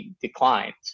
declines